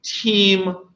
team